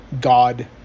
God